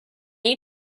you